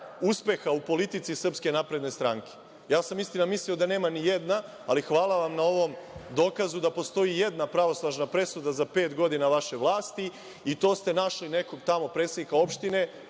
uspeha u politici SNS.Istina, mislio sam da nema ni jedna, ali hvala vam na ovom dokazu da postoji jedna pravosnažna presuda za pet godina vaše vlasti i to ste našli nekog tamo predsednika opštine.